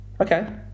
Okay